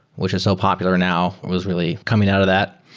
which is so popular now, was really coming out of that,